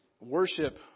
worship